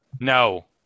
No